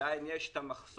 עדיין יש מחסום,